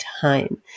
time